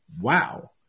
wow